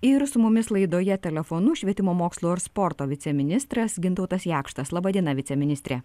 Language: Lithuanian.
ir su mumis laidoje telefonu švietimo mokslo ir sporto viceministras gintautas jakštas laba diena viceministre